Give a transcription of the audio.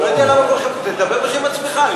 אני לא יודע למה, תדבר בשם עצמך.